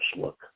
look